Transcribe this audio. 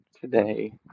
today